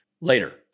later